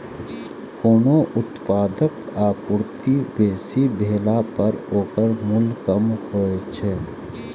कोनो उत्पादक आपूर्ति बेसी भेला पर ओकर मूल्य कम होइ छै